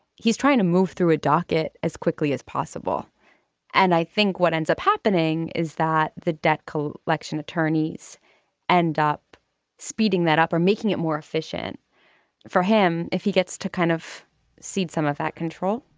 he's trying to move through a docket as quickly as possible and i think what ends up happening is that the debt collection attorneys end up speeding that up or making it more efficient for him if he gets to kind of cede some of that control